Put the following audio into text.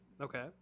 Okay